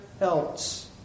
else